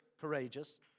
courageous